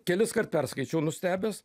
keliskart perskaičiau nustebęs